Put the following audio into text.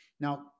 Now